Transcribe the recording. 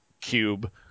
Cube